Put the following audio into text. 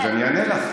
אז אני אענה לך,